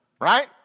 Right